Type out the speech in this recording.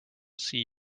see